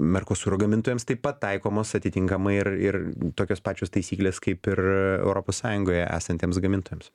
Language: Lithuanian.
merkosuro gamintojams taip pat taikomos atitinkamai ir ir tokios pačios taisyklės kaip ir europos sąjungoje esantiems gamintojams